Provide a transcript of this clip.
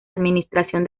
administración